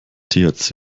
thc